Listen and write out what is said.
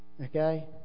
Okay